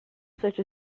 such